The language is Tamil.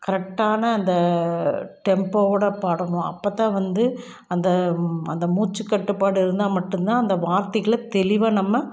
கரெக்டான அந்த டெம்ப்போவோட பாடணும் அப்போத்தான் வந்து அந்த அந்த மூச்சுக்கட்டுப்பாடு இருந்தால் மட்டும் தான் அந்த வார்த்தைகளை தெளிவாக நம்ம